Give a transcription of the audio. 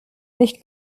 nicht